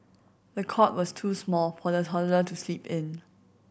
the cot was too small for the toddler to sleep in